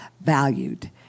valued